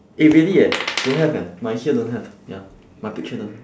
eh really eh don't have eh my here don't have ya my picture don't